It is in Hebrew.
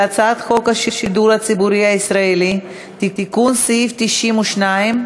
הצעת חוק השידור הציבורי הישראלי (תיקון מס' 5),